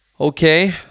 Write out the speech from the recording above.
Okay